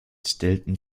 stellten